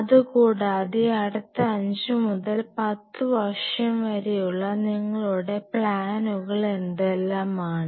അതുകൂടാതെ അടുത്ത അഞ്ച് മുതൽ പത്ത് വർഷം വരെയുള്ള നിങ്ങളുടെ പ്ലാനുകൾ എന്തെല്ലാമാണ്